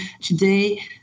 today